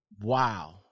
Wow